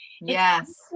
Yes